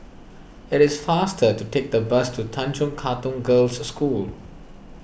it is faster to take the bus to Tanjong Katong Girls' School